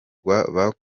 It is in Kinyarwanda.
guhabwa